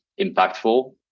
impactful